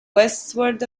westward